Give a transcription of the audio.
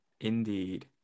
Indeed